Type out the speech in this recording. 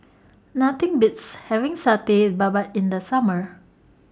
Nothing Beats having Satay Babat in The Summer